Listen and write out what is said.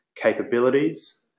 capabilities